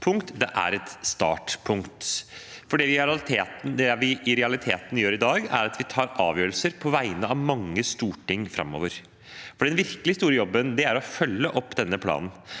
den er et startpunkt. Det vi i realiteten gjør i dag, er at vi tar avgjørelser på vegne av mange storting framover. Den virkelig store jobben er å følge opp denne planen.